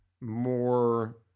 more